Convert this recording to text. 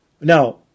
Now